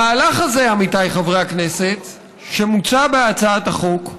המהלך שמוצע בהצעת החוק,